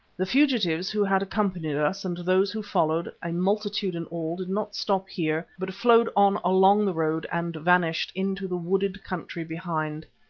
the fugitives who had accompanied us, and those who followed, a multitude in all, did not stop here, but flowed on along the road and vanished into the wooded country behind.